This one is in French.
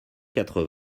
quatre